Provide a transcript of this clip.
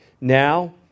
Now